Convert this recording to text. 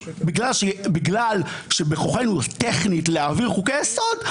בגלל שבכוחנו טכנית להעביר חוקי-יסוד,